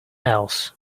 else